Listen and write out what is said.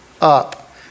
up